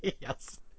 Yes